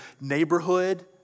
neighborhood